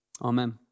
Amen